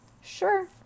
Sure